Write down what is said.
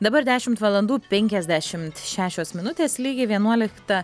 dabar dešimt valandų penkiasdešimt šešios minutės lygiai vienuoliktą